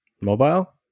mobile